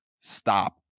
stop